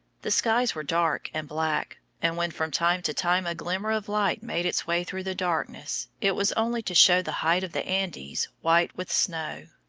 the skies were dark and black, and when from time to time a glimmer of light made its way through the darkness, it was only to show the heights of the andes white with snow.